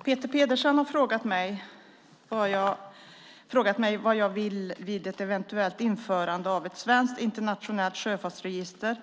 Herr talman! Peter Pedersen har frågat mig vad jag vid ett eventuellt införande av ett svenskt internationellt sjöfartsregister